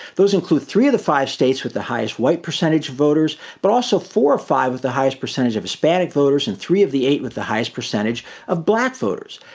those include three of the five states with the highest white percentage of voters, but also four or five with the highest percentage of hispanic voters and three of the eight with the highest percentage of black voters.